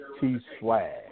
T-Swag